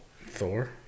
Thor